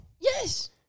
Yes